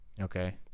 Okay